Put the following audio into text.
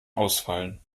ausfallen